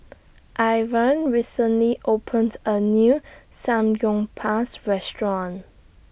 Ivah recently opened A New Samgyeopsal Restaurant